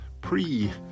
pre